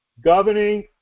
Governing